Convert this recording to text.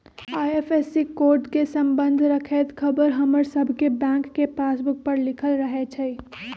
IFSC code से संबंध रखैत ख़बर हमर सभके बैंक के पासबुक पर लिखल रहै छइ